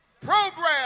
Program